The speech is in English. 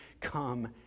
come